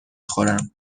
خورم